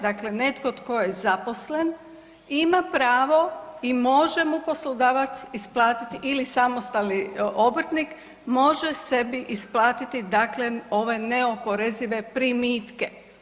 Dakle, netko tko je zaposlen ima pravo i može mu poslodavac isplatiti ili samo samostalni obrtnik može sebi isplatiti, dakle ove neoporezive primitke.